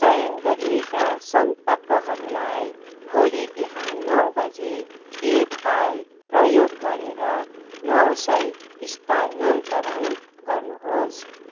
चयन गरिएका सम्पर्कहरूलाई भोलि बिहान नौ बजे पे पाल प्रयोग गरेर नौ सय स्थानन्तरण गर्नुहोस्